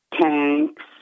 tanks